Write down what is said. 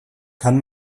kann